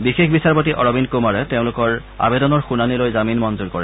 বিশেষ বিচাৰপতি অৰবিন্দ কুমাৰে তেওঁলোকৰ আবেদনৰ শুনানী লৈ জামিন মঞ্জৰ কৰে